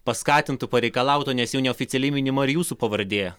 paskatintų pareikalautų nes jau neoficialiai minima ir jūsų pavardė